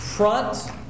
front